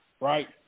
right